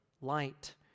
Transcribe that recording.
light